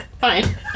fine